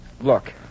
Look